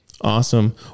awesome